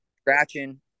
scratching